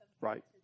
Right